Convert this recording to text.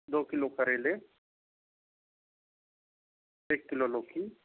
दो किलो करेले एक किलो लौकी